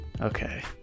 Okay